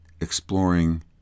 exploring